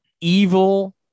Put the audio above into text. evil